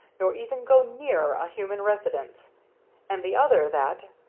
nor even go near, a human residence and the other that,